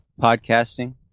podcasting